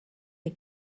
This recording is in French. est